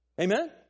Amen